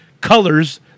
colors